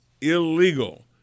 illegal